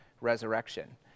resurrection